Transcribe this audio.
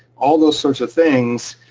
all those sorts of things.